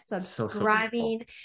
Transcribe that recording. subscribing